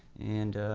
and